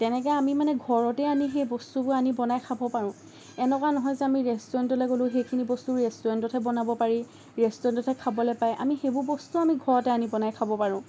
তেনেকে আমি মানে ঘৰতে আনি সেই বস্তুবোৰ আনি বনাই খাব পাৰোঁ এনেকুৱা নহয় যে আমি ৰেষ্টুৰেণ্টলৈ গলোঁ সেইখিনি বস্তু ৰেষ্টুৰেণ্টতহে বনাব পাৰি ৰেষ্টুৰেণ্টতহে খাবলৈ পায় আমি সেইবোৰ বস্তু আমি ঘৰতে আনি বনাই খাব পাৰোঁ